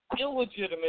illegitimate